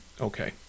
Okay